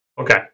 Okay